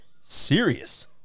serious